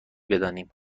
بداریم